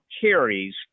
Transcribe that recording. carries